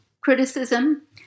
criticism